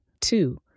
Two